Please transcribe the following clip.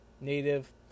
native